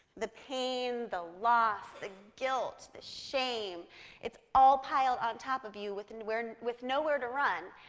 the pain, the loss, the guilt, the shame it's all piled on top of you with nowhere with nowhere to run.